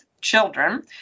children